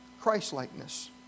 Christ-likeness